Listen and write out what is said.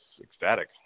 ecstatic